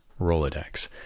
Rolodex